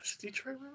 Detroit